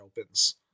opens